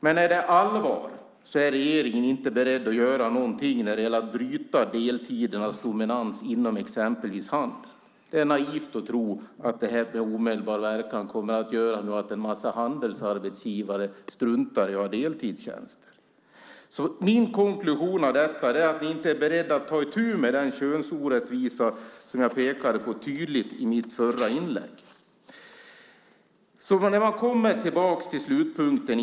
Men är det allvar så är regeringen inte beredd att göra någonting när det gäller att bryta deltidernas dominans inom exempelvis handeln. Det är naivt att tro att det här med omedelbar verkan kommer att göra att en massa handelsarbetsgivare struntar i att ha deltidstjänster. Min konklusion av detta är att ni inte är beredda att ta itu med den könsorättvisa som jag tydligt pekade på i mitt förra inlägg. Man kommer tillbaka till slutpunkten.